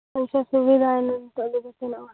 ᱥᱩᱵᱤᱫᱷᱟᱭᱮᱱᱟ ᱱᱤᱛᱚᱜ ᱫᱚ ᱡᱚᱛᱚᱱᱟᱜ ᱵᱟᱝ